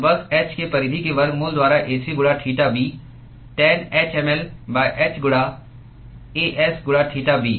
तो बस hk परिधि के वर्गमूल द्वारा Ac गुणा थीटा b टैनh mL h गुणा a s गुणा थीटा बी